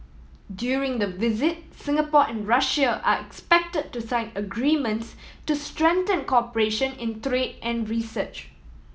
during the visit Singapore and Russia are expected to sign agreements to strengthen cooperation in trade and research